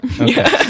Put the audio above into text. Okay